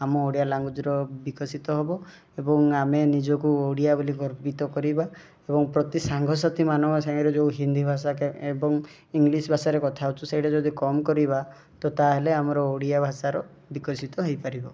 ଆମ ଓଡ଼ିଆ ଲାଙ୍ଗୁଏଜ୍ର ବିକଶିତ ହେବ ଏବଂ ଆମେ ନିଜକୁ ଓଡ଼ିଆ ବୋଲି ଗର୍ବିତ କରିବା ଏବଂ ପ୍ରତି ସାଙ୍ଗସାଥିମାନଙ୍କ ସାଙ୍ଗରେ ଯେଉଁ ହିନ୍ଦୀ ଭାଷା ଏବଂ ଇଂଲିଶ୍ ଭାଷାରେ କଥା ହେଉଛୁ ସେଇଟା ଯଦି କମ୍ କରିବା ତ ତା'ହେଲେ ଆମର ଓଡ଼ିଆ ଭାଷାର ବିକଶିତ ହେଇପାରିବ